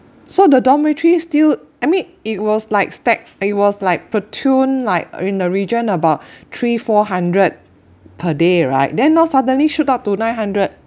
so the dormitory still I mean it was like stag~ it was like like in the region about three four hundred per day right then now suddenly shoot up to nine hundred